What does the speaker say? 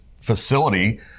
facility